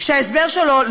שההסבר שלו,